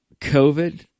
COVID